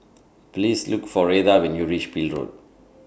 Please Look For Retha when YOU REACH Peel Road